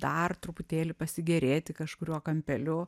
dar truputėlį pasigėrėti kažkuriuo kampeliu